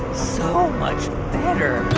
so much better